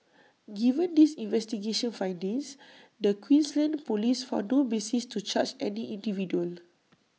given these investigation findings the Queensland Police found no basis to charge any individual